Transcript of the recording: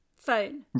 Phone